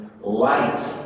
light